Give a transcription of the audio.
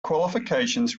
qualifications